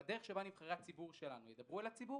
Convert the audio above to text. והדרך שבה נבחרי הציבור שלנו ידברו אל הציבור,